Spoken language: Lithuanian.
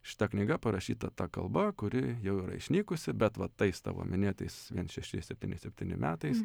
šita knyga parašyta ta kalba kuri jau yra išnykusi bet va tais tavo minėtais viens šeši septyni septyni metais